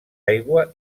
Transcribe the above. aigua